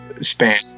span